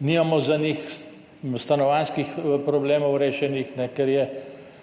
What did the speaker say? nimamo za njih stanovanjskih problemov rešenih, tam je